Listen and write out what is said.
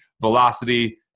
velocity